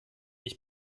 ich